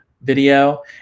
Video